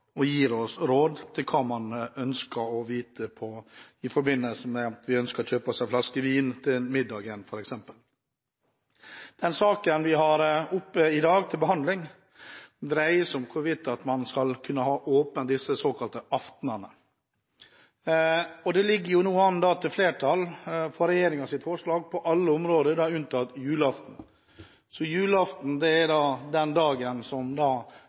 og gir oss råd om det man måtte ønske å få vite i forbindelse med at man ønsker å kjøpe seg en flaske vin til middagen f.eks. Saken vi har oppe til behandling i dag, dreier seg om hvorvidt man skal kunne holde åpent på de såkalte aftenene. Det ligger an til å bli flertall for regjeringens forslag på alle dagene, unntatt julaften. Julaften er da den dagen som